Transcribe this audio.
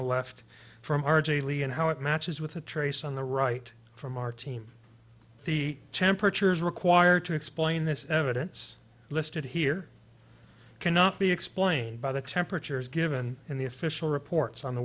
the left from r j lee and how it matches with a trace on the right from our team the temperatures required to explain this evidence listed here cannot be explained by the temperatures given in the official reports on the